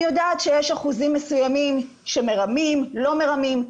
אני יודעת שיש אחוזים מסוימים שמרמים, לא מרמים.